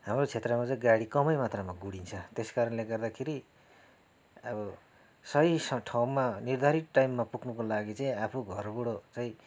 हाम्रो क्षेत्रमा चाहिँ गाडी कमै मात्रामा गुडिन्छ त्यस कारणले गर्दाखेरि अब सही ठाउँमा निर्धारित टाइममा पुग्नुको लागि चाहिँ आफू घरबाट चाहिँ